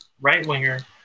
right-winger